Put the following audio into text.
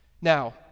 Now